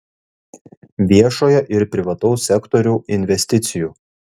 viešojo ir privataus sektorių investicijų